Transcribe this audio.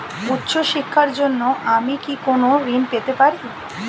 উচ্চশিক্ষার জন্য আমি কি কোনো ঋণ পেতে পারি?